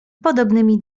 podobnymi